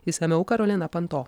išsamiau karolina panto